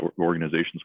organizations